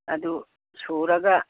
ꯑꯗꯨ ꯁꯨꯔꯒ